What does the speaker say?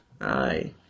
Aye